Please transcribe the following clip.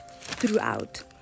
throughout